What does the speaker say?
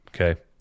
Okay